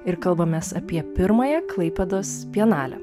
ir kalbamės apie pirmąją klaipėdos bienalę